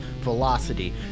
Velocity